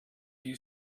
you